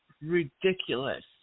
ridiculous